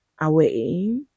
away